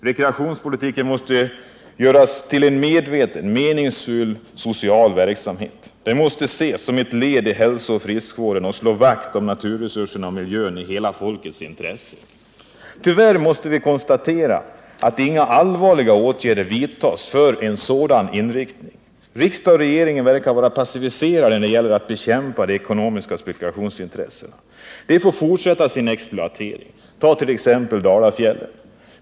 Rekreationspolitiken måste göras till en medveten, meningsfull social verksamhet. Den måste ses som ett led i hälsooch friskvården och slå vakt om naturresurserna och miljön i hela folkets intresse. Tyvärr måste vi konstatera att inga allvarliga åtgärder vidtas för att få till stånd en sådan inriktning. Riksdag och regering verkar vara passiviserade när det gäller att bekämpa de ekonomiska spekulationsintressena. Dessa intressen får fortsätta sin exploatering. Ta t.ex. Dalafjällen!